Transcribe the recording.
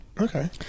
okay